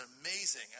amazing